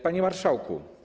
Panie Marszałku!